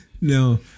No